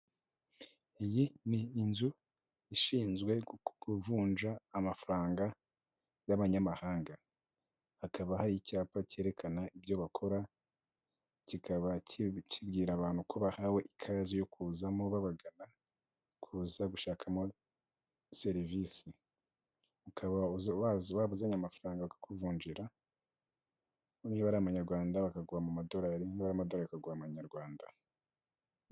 Iyi ni inzu ishinzwe kuvunja amafaranga y'abanyamahanga. Hakaba hari icyapa cyerekana ibyo bakora, kikaba kibwira abantu ko bahawe ikaze yo kuzamo babagana, kuza gushakamo serivisi. Uka waba uzanye amafaranga bakakuvunjira, niba ari amanyarwanda bakaguha mu madolari, niba ari amadolari bakaguha amanyarwanda.